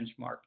benchmark